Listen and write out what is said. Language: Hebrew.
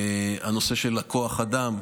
הנושא של כוח האדם,